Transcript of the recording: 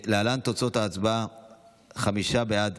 ההצעה להעביר